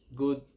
good